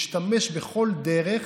משתמש בכל דרך,